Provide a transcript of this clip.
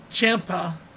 Champa